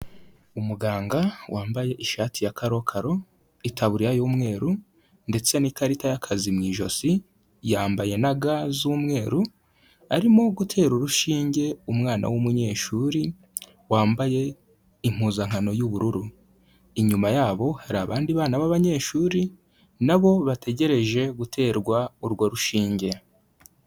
Umuganga wambaye ishati ya karokaro, itaburiya y'umweru, ndetse n'ikarita y'akazi mu ijosi, yambaye na ga z'umweru, arimo gutera urushinge umwana w'umunyeshuri wambaye impuzankano y'ubururu. Inyuma yabo hari abandi bana b'abanyeshuri na bo bategereje guterwa urwo rushinge.